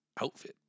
outfit